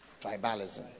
tribalism